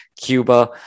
Cuba